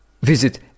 Visit